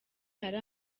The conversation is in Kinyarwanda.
hari